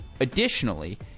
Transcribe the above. Additionally